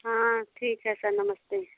हाँ ठीक है सर नमस्ते